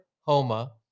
Homa